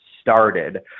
started